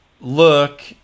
look